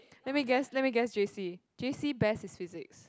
let me guess let me guess j_c j_c best is physics